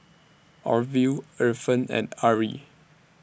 Orville Efren and Arrie